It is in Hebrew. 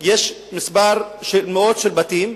יש כמה מאות בתים,